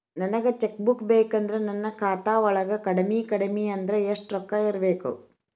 ನನಗ cheque book ಬೇಕಂದ್ರ ನನ್ನ ಖಾತಾ ವಳಗ ಕಡಮಿ ಕಡಮಿ ಅಂದ್ರ ಯೆಷ್ಟ್ ರೊಕ್ಕ ಇರ್ಬೆಕು?